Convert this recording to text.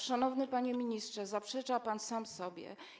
Szanowny panie ministrze, zaprzecza pan sam sobie.